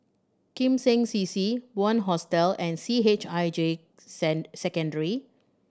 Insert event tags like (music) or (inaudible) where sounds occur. Kim Seng C C Bunc Hostel and C H I J (unintelligible) Send Secondary